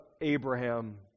Abraham